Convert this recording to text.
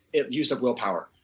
it used up willpower.